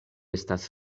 estas